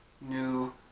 new